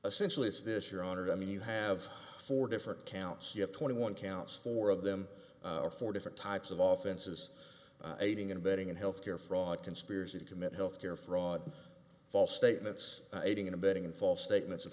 essential is this your honor i mean you have four different counts you have twenty one counts four of them are four different types of often says aiding and abetting in health care fraud conspiracy to commit health care fraud false statements aiding and abetting in false statements of